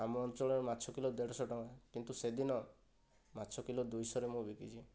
ଆମ ଅଞ୍ଚଳରେ ମାଛ କିଲୋ ଦେଢ଼ଶହ ଟଙ୍କା କିନ୍ତୁ ସେ ଦିନ ମାଛ କିଲୋ ଦୁଇଶହ ରେ ମୁଁ ବିକିଛି